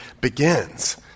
begins